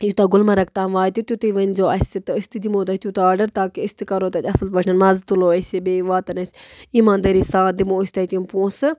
یوٗتاہ گُلمرگ تام واتہِ تیُتٕے ؤنۍزیو اَسہِ تہٕ أسۍ تہِ دمو توہہِ تیوٗتاہ آرڈَر تاکہ أسۍ تہِ کَرَو تَتہِ اَصٕل پٲٹھۍ مَزٕ تُلَو أسۍ یہِ بیٚیہِ واتَن اَسہِ ایٖماندٲری سان دِمَو أسۍ تۄہہِ تِم پونٛسہٕ